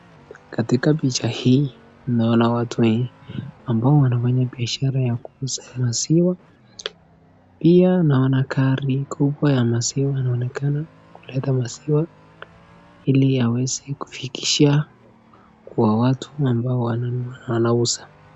Katika picha hii, naona watu wawili ambao wanafanya biashara ya kuuza maziwa. Pia, naona gari kubwa ya maziwa inaonekana kuleta maziwa ili yaweze kufikishia kwa watu ambao wananunua na wanauza.